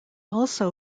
also